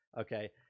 Okay